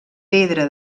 pedra